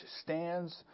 stands